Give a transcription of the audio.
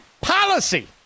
policy